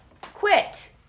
quit